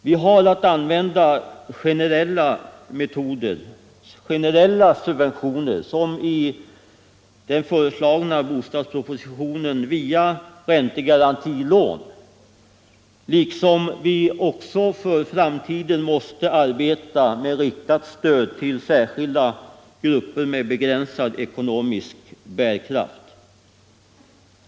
Vi kan, såsom föreslås i propositionen, använda generella subventioner via räntegarantilån. I framtiden måste vi också arbeta med ett riktat stöd till särskilda grupper med begränsad ekonomisk bärkraft.